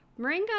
moringa